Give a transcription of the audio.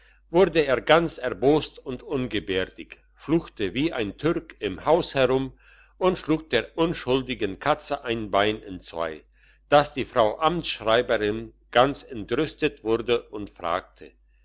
wurde er ganz erbost und ungebärdig fluchte wie ein türk im haus herum und schlug der unschuldigen katze ein bein entzwei dass die frau amtsschreiberin ganz entrüstet wurde und fragte